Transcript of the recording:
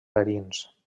verins